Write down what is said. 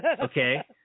Okay